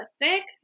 realistic